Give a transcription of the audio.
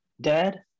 Dad